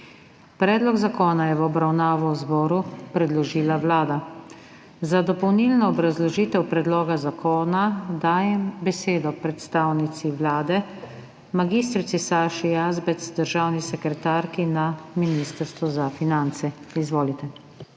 Predlog zakona je v obravnavo zboru predložila Vlada. Za dopolnilno obrazložitev predloga zakona dajem besedo predstavnici Vlade mag. Saši Jazbec, državni sekretarki na Ministrstvu za finance. Izvolite.